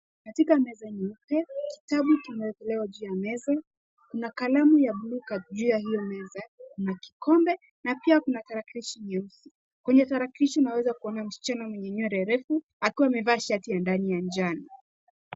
Katika meza hii, kitabu kimeekelewa juu ya meza na kalamu ya buluu juu ya hiyo meza na kikombe na pia kuna tarakilishi. Kwenye tarakilishi tunaweza kuona msichana mwenye nywele refu huku akiwa amevaa shati ya ndani ya njano.